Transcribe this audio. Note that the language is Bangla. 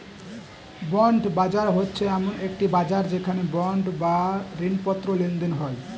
বন্ড বাজার হচ্ছে এমন একটি বাজার যেখানে বন্ড বা ঋণপত্র লেনদেন হয়